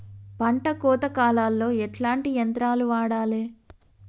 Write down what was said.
పంట కోత కాలాల్లో ఎట్లాంటి యంత్రాలు వాడాలే?